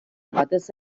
batez